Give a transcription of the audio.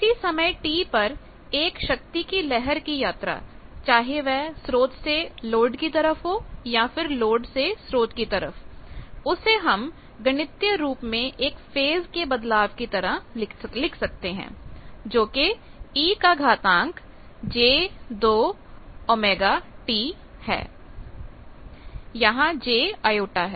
किसी समय t पर एक शक्ति की लहर की यात्रा चाहे वह स्रोत से लोड की तरफ हो या फिर लोड से स्रोत की तरफ उसे हम गणितीय रूप में एक फेज़ के बदलाव की तरह लिख सकते हैं जोकि ej2ωt है